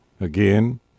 Again